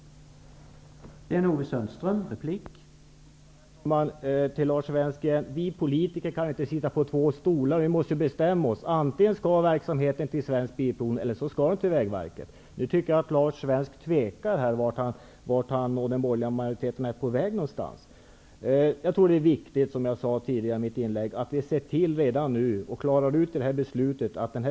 Det är skillnaden.